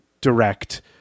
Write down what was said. direct